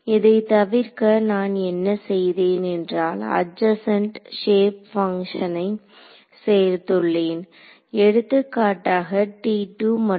இதை தவிர்க்க நான் என்ன செய்தேன் என்றால் அட்ஜசண்ட் ஷேப் பங்ஷன்சை சேர்த்துள்ளேன் எடுத்துக்காட்டாக மற்றும்